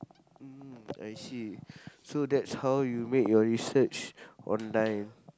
mm I see so that's how you make your research online